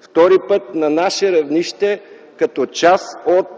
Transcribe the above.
втори път – на наше равнище, като част от